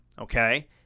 okay